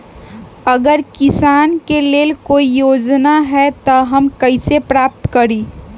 अगर किसान के लेल कोई योजना है त हम कईसे प्राप्त करी?